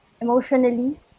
emotionally